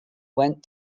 went